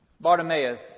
Bartimaeus